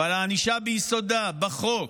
אבל הענישה ביסודה, בחוק,